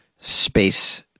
space